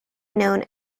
known